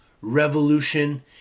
revolution